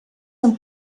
amb